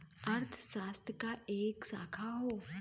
अर्थशास्त्र क एक शाखा हौ